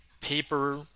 paper